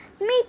meet